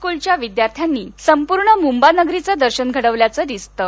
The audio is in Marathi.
स्कूलच्या विद्यार्थ्यांनी संपूर्ण मुंबानगरीचे दर्शन घडविल्याचं दिसतं